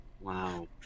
Wow